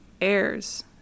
heirs